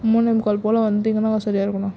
மூணே முக்கால் போல் வந்துட்டிங்ன்னால் சரியாக இருக்குண்ணா